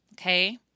Okay